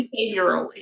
Behaviorally